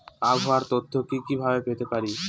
আবহাওয়ার তথ্য কি কি ভাবে পেতে পারি?